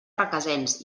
requesens